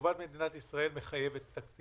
טובת מדינת ישראל מחייבת תקציב.